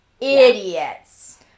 Idiots